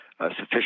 sufficient